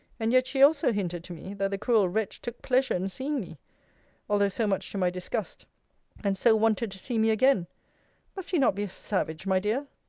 and yet she also hinted to me, that the cruel wretch took pleasure in seeing me although so much to my disgust and so wanted to see me again must he not be a savage, my dear?